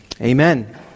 amen